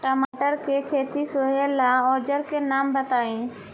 टमाटर के खेत सोहेला औजर के नाम बताई?